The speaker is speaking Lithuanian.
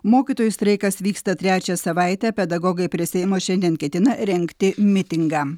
mokytojų streikas vyksta trečią savaitę pedagogai prie seimo šiandien ketina rengti mitingą